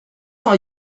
are